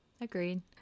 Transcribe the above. agreed